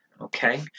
okay